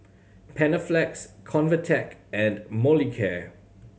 Panaflex Convatec and Molicare